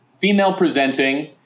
female-presenting